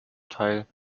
teil